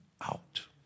out